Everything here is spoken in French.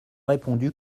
répondu